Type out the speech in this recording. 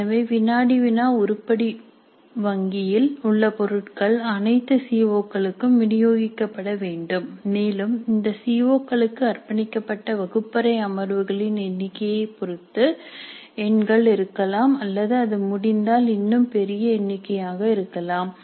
எனவே வினாடி வினா உருப்படி வங்கியில் உள்ள பொருட்கள் அனைத்து சிஓக்களுக்கும் விநியோகிக்கப்பட வேண்டும் மேலும் இந்த சிஓக்களுக்கு அர்ப்பணிக்கப்பட்ட வகுப்பறை அமர்வுகளின் எண்ணிக்கையைப் பொறுத்து எண்கள் இருக்கலாம் அல்லது அது முடிந்தால் இன்னும் பெரிய எண்ணிக்கையாக இருக்கலாம்